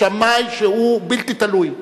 שמאי שהוא בלתי תלוי.